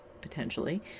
potentially